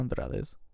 Andrade's